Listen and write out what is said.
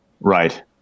Right